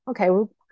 Okay